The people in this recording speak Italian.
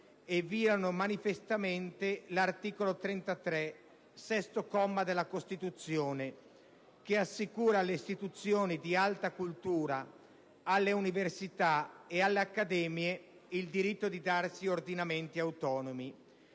e violano manifestamente l'articolo 33, comma 6, della Costituzione, che assicura alle istituzioni di alta cultura, alle università e alle accademie il diritto di darsi ordinamenti autonomi.